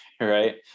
right